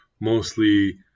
mostly